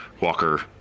walker